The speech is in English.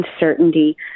uncertainty